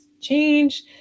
Change